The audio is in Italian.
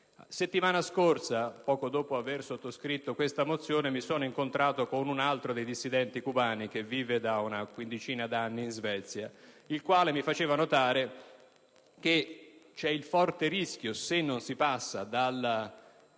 settimana scorsa, poco dopo aver sottoscritto questa mozione, mi sono incontrato con un altro dei dissidenti cubani che vive da una quindicina d'anni in Svezia, il quale mi ha fatto notare il forte rischio che - se non si passa dalla